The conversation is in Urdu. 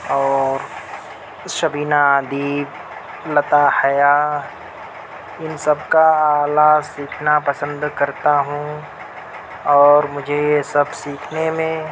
اور شبینہ ادیب لتا حیا ان سب کا آلہ سیکھنا پسند کرتا ہوں اور مجھے یہ سب سیکھنے میں